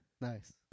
Nice